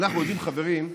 חברים,